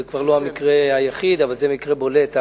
זה לא המקרה היחיד, אבל זה מקרה בולט,